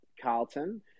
Carlton